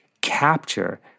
capture